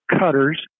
cutters